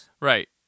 Right